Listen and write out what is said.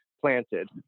planted